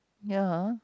ya